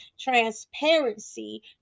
Transparency